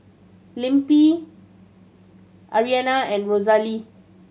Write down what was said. Lempi Ariana and Rosalee